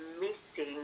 missing